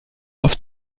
oft